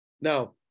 Now